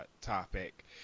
topic